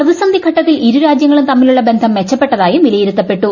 പ്രതിസന്ധി ഘട്ടത്തിൽ ഇരു രാജ്യങ്ങളും തമ്മിലുള്ള ബന്ധം മെച്ചപ്പെട്ടതായും വിലയിരുത്തപ്പെട്ടു